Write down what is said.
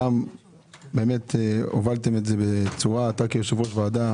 גם אתה כיושב ראש ועדה,